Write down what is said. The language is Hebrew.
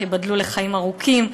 ייבדלו לחיים ארוכים,